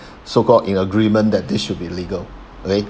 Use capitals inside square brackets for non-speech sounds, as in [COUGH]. [BREATH] so called in agreement that this should be legal okay